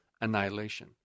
annihilation